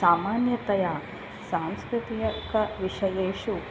सामान्यतया सांस्कृतिक विषयेषु